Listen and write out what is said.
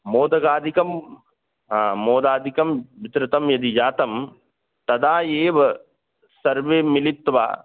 मोदकादिकं हा मोदकादिकं विस्तृतं यदि जातं तदा एव सर्वे मिलित्वा